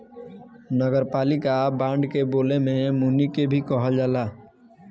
नगरपालिका बांड के बोले में मुनि के भी कहल जाला